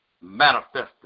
manifested